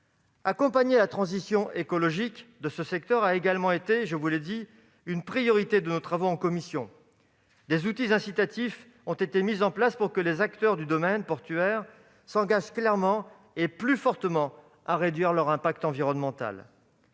Accompagner la transition écologique de ce secteur a également été, je vous l'ai dit, une priorité de nos travaux en commission. Des outils incitatifs ont été mis en place pour que les acteurs du domaine portuaire s'engagent clairement et plus fortement à réduire leur impact environnemental.